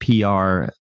PR